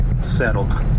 settled